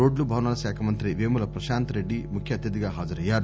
రోడ్లు భవనాల శాఖమంతి వేముల పశాంత్రెడ్డి ముఖ్య అతిథిగా హాజరయ్యారు